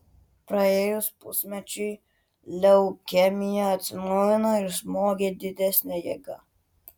praėjus pusmečiui leukemija atsinaujino ir smogė didesne jėga